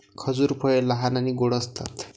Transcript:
खजूर फळे लहान आणि गोड असतात